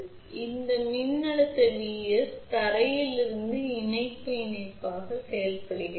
எனவே இது மின்னழுத்த Vs இலிருந்து தரையில் செல்லும் இணைப்பு இணைப்பு மூலக்கூறாக செயல்படுகிறது